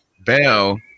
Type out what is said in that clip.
bell